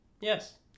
Yes